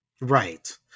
Right